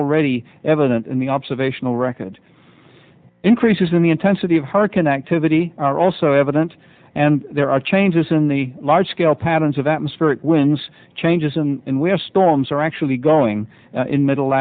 already evident in the observational record increases in the intensity of harken activity are also evident and there are changes in the large scale patterns of atmospheric wins changes and we have storms are actually going in middle